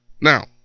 now